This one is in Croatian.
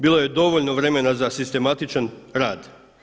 Bilo je dovoljno vremena za sistematičan rad.